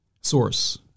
source